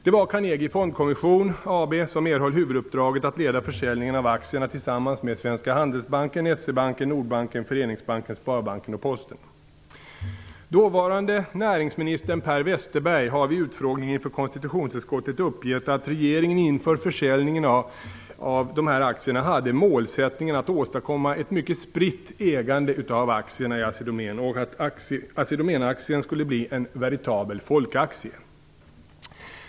Det var Carnegie Fondkommission AB som erhöll huvuduppdraget att leda försäljningen av aktierna tillsammans med Svenska Handelsbanken, S-E Dåvarande näringsministern Per Westerberg har vid utfrågning inför konstitutionsutskottet uppgett att regeringen inför försäljningen hade målsättningen att åstadkomma ett mycket spritt ägande av aktierna i Assi Domän och att Assi Domän-aktien skulle bli en veritabel folkaktie.